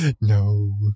No